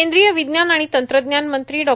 केंद्रीय विज्ञान आणि तंत्रज्ञान मंत्री डॉ